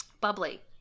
Bubbly